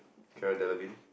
Cara-Delevingne